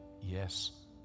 Yes